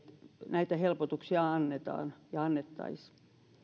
näitä helpotuksia annetaan